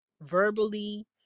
verbally